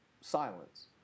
silence